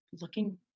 looking